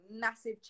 massive